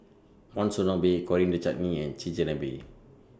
Monsunabe Coriander Chutney and Chigenabe